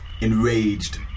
Enraged